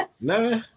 nah